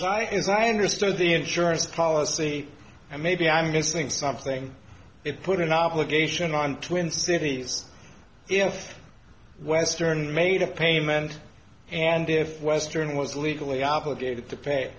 as i understood the insurance policy i maybe i'm missing something it put an obligation on twin cities if western made a payment and if western was legally obligated to p